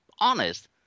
honest